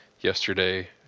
yesterday